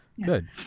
good